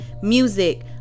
Music